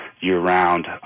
year-round